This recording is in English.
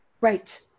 Right